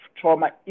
trauma